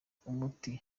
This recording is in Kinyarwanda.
rukumbi